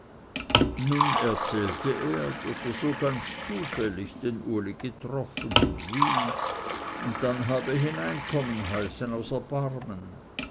nun erzählte er daß er so ganz zufällig den uli getroffen und wie und dann habe hineinkommen heißen aus erbarmen